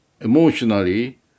emotionally